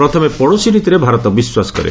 ପ୍ରଥମେ ପଡ଼ୋଶୀ ନୀତିରେ ଭାରତ ବିଶ୍ୱାସ କରେ